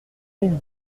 mille